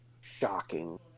shocking